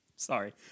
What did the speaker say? Sorry